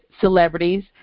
celebrities